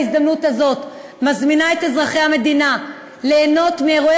בהזדמנות הזאת מזמינה את אזרחי המדינה ליהנות מאירועי